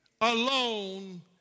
alone